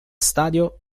stadio